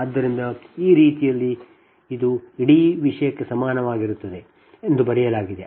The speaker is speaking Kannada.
ಆದ್ದರಿಂದ ಈ ರೀತಿಯಲ್ಲಿ 0 ಈ ಇಡೀ ವಿಷಯಕ್ಕೆ ಸಮನಾಗಿರುತ್ತದೆ ಎಂದು ಬರೆಯಲಾಗಿದೆ